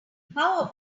about